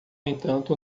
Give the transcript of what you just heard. entanto